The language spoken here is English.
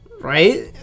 Right